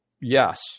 Yes